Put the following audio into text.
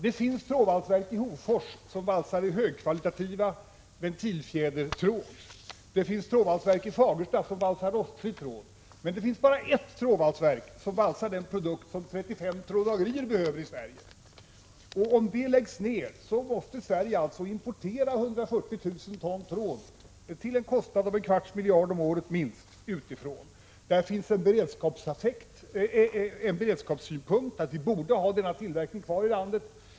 Det finns trådvalsverk i Hofors som valsar högkvalitativ ventilfjädertråd. Det finns trådvalsverk i Fagersta som valsar rostfri tråd. Men det finns bara ett trådvalsverk som valsar den produkt som 35 tråddragerier i Sverige behöver. Om det läggs ned, måste Sverige importera 140 000 ton tråd till en kostnad av minst en kvarts miljard kronor per år. Vi borde ur beredskapssynpunkt ha denna tillverkning kvar i landet.